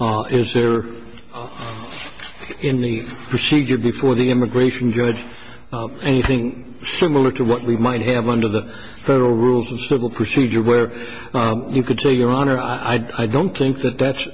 is there in the procedure before the immigration good anything similar to what we might have under the federal rules and civil procedure where you could say your honor i don't think that that's